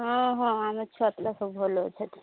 ହଁ ହଁ ଆମେ ଛୁଆପିଲା ସବୁ ଭଲ ଅଛନ୍ତି